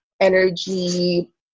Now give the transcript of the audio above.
energy